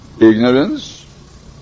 ignorance